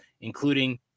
including